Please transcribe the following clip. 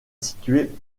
située